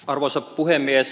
arvoisa puhemies